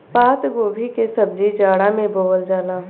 पातगोभी के सब्जी जाड़ा में बोअल जाला